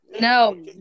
no